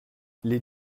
les